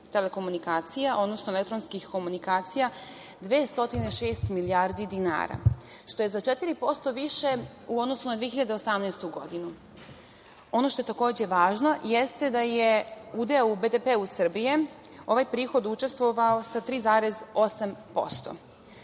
telekomunikacija, odnosno elektronskih komunikacija 206 milijardi dinara, što je za 4% više u odnosu na 2018. godinu. Ono što je takođe važno jeste da je udeo u BDP-u Srbije ovaj prihod učestvovao sa 3,8%.Što